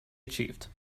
achieved